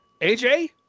AJ